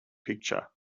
picture